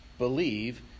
believe